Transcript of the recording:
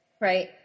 Right